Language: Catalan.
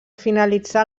finalitzar